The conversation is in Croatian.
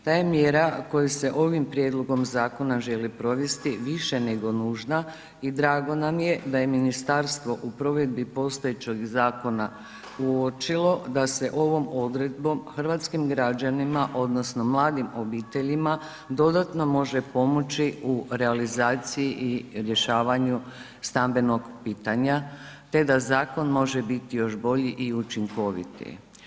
Ta je mjera koju se ovim prijedlogom zakona želi provesti više nego nužna i drago nam je da je ministarstvo u provedbi postojećeg zakona uočilo da se ovom odredbom hrvatskim građanima, odnosno mladim obiteljima dodatno može pomoći u realizaciji rješavanju stambenog pitanja te da zakon može biti još bolji i učinkovitiji.